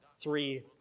three